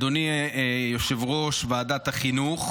אדוני יושב-ראש ועדת החינוך,